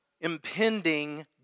impending